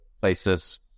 places